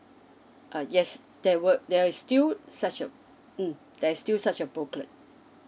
ah yes there will there is still such a mm there's still such a booklet